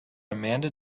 amanda